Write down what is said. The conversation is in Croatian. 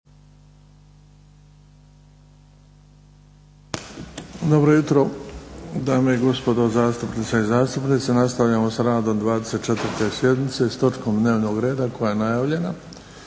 Dobro jutro dame i gospodo zastupnice i zastupnici. Nastavljamo s radom 24. sjednice s točkom dnevnog reda koja je najavljena,